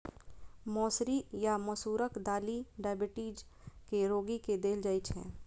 मौसरी या मसूरक दालि डाइबिटीज के रोगी के देल जाइ छै